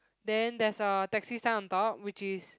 then there's a taxi sign on top which is